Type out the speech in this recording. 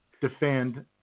defend